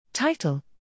Title